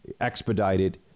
expedited